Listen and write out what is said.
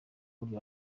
burya